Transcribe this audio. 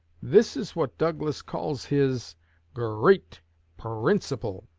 this is what douglas calls his gur-reat per-rinciple